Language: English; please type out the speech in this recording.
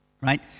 right